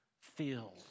filled